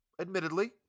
admittedly